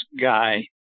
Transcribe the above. guy